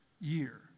year